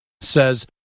says